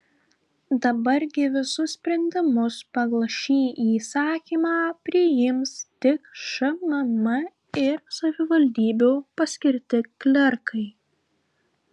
dabar gi visus sprendimus pagal šį įsakymą priims tik šmm ir savivaldybių paskirti klerkai